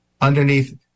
underneath